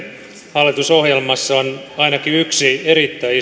hallitusohjelmassa on ainakin yksi erittäin